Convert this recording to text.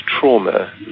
trauma